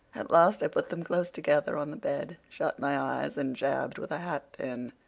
at last i put them close together on the bed, shut my eyes, and jabbed with a hat pin.